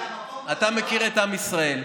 אתה מכיר את עם ישראל.